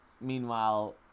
meanwhile